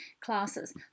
classes